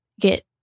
get